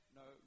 no